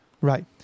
right